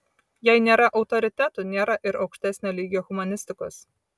jei nėra autoritetų nėra ir aukštesnio lygio humanistikos